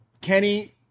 Kenny